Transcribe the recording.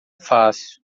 fácil